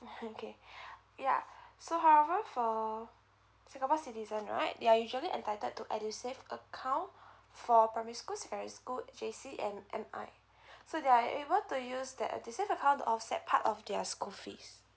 okay yeah however for singapore citizen right they usually entitled to edusave account for primary school secondary school J_C and M_I so they are able to use that edusave account to offset part of their school fees